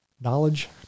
knowledge